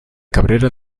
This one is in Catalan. cabrera